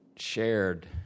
shared